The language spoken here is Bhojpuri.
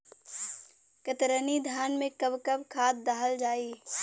कतरनी धान में कब कब खाद दहल जाई?